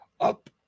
up